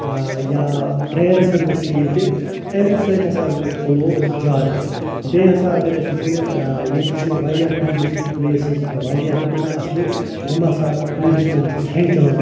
ٲں یا train service چھِ ییٚتہِ اَمہِ سۭتۍ ہَسا گوٚو فلو زیٛادٕ بیٚیہِ ہَسا اگر أسۍ وُچھو ٲں ییٚتہِ چھِ واریاہ ٹیٛوٗرِسٹہٕ پلیسِز واریاہ تِم اصلہِ یِم ہَسا ٹیٛوٗرِسٹَن چھِ کھینٛچان